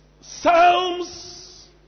psalms